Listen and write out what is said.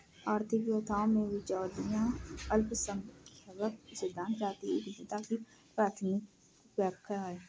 आर्थिक व्याख्याओं में, बिचौलिया अल्पसंख्यक सिद्धांत जातीय उद्यमिता की प्राथमिक व्याख्या है